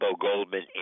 Goldman